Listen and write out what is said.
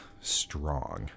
strong